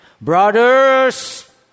Brothers